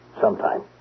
Sometime